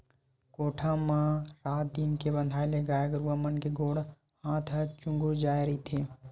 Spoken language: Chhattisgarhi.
कोठा म म रात दिन के बंधाए ले गाय गरुवा मन के गोड़ हात ह चूगूर जाय रहिथे